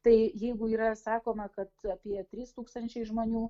tai jeigu yra sakoma kad apie trys tūkstančiai žmonių